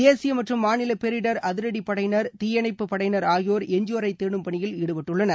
தேசிய மற்றும் மாநில பேரிடர் அதிரடி படையினர் தீயணைப்பு படையினர் ஆகியோர் எஞ்சியோரை தேடும் பணியில் ஈடுபட்டுள்ளனர்